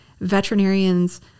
veterinarians